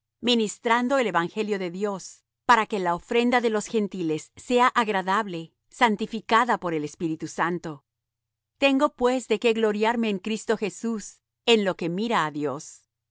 ministrando el evangelio de dios para que la ofrenda de los gentiles sea agradable santificada por el espíritu santo tengo pues de qué gloriarme en cristo jesús en lo que mira á dios